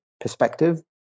perspective